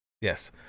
Yes